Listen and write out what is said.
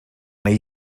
neu